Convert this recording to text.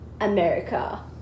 America